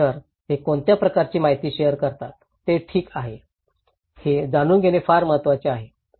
तर ते कोणत्या प्रकारची माहिती शेअर करतात हे ठीक आहे हे जाणून घेणे फार महत्वाचे आहे